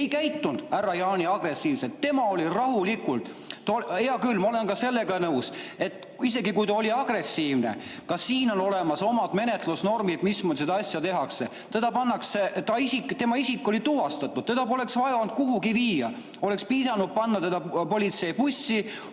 Ei käitunud, härra Jaani, agressiivselt. Tema oli rahulik. Hea küll, ma olen ka sellega nõus, et isegi kui ta oli agressiivne, siis ka sel juhul on olemas omad menetlusnormid, mismoodi seda asja tehakse. Tema isik oli tuvastatud, teda poleks vaja olnud kuhugi viia. Oleks piisanud, kui panna ta politseibussi